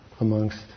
amongst